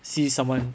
see someone